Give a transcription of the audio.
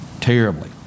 terribly